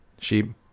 Sheep